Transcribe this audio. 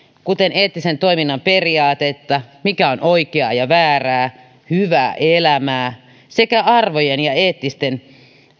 kuten eettisen toiminnan periaatetta mikä on oikeaa ja väärää hyvää elämää sekä arvojen ja eettisten